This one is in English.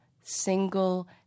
single